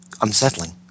unsettling